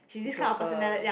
joker